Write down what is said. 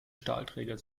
stahlträger